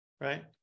right